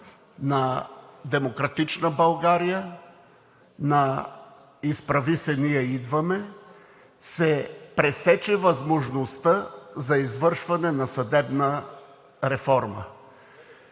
на „Демократична България“, на „Изправи се БГ! Ние идваме!“, се пресече възможността за извършване на съдебна реформа.